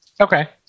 okay